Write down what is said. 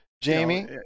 Jamie